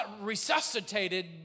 resuscitated